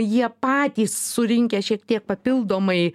jie patys surinkę šiek tiek papildomai